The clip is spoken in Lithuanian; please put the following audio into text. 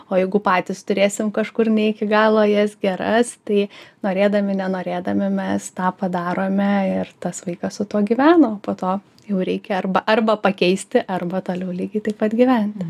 o jeigu patys turėsim kažkur ne iki galo jas geras tai norėdami nenorėdami mes tą padarome ir tas vaikas su tuo gyvena o po to jau reikia arba arba pakeisti arba toliau lygiai taip pat gyventi